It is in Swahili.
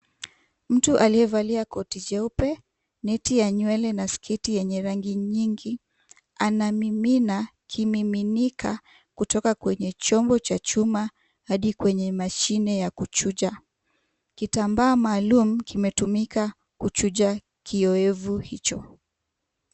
Mtu aliyevalia koti jeupe, neti ya nywele na sketi ya rangi nyingi anamimina kimiminika kutoka kwenye chombo cha chuma hadi mashine ya kuchuja. Kitambaa maalum kimetumika kuchuja kiowevu hicho.